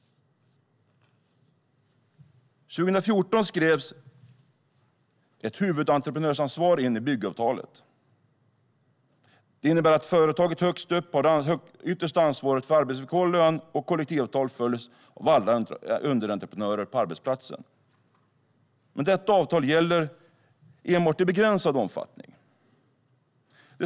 År 2014 skrevs huvudentreprenörsansvar in i byggavtalet. Det innebär att det företag som är högst upp har det yttersta ansvaret för att arbetsvillkor, lön och kollektivavtal följs av alla underentreprenörer på arbetsplatsen. Men detta avtal gäller endast i begränsad omfattning.